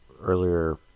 earlier